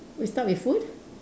we start with food